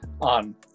on